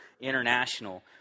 international